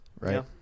Right